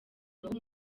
ibahe